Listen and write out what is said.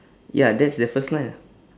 ya that's the first line ah